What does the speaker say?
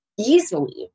easily